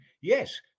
yes